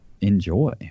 enjoy